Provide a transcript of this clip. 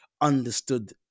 understood